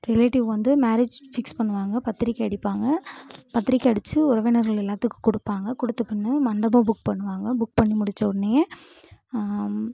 relative வந்து marriage fix பண்ணுவாங்க பத்திரிகை அடிப்பாங்க பத்திரிக்கை அடிச்சு உறவினர்கள் எல்லாத்துக்கும் கொடுப்பாங்க கொடுத்த பின்பு மண்டபம் புக் பண்ணுவாங்க புக் பண்ணி முடிச்சோடனையே